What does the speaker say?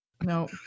No